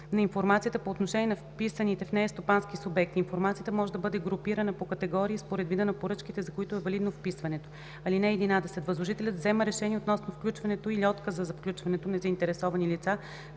на информацията по отношение на вписаните в нея стопански субекти. Информацията може да бъде групирана по категории според вида на поръчките, за които е валидно вписването. (11) Възложителят взема решение относно включване или отказа за включване на заинтересовани лица